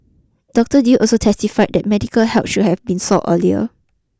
Doctor Yew also testified that medical help should have been sought earlier